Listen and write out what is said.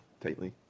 tightly